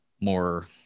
more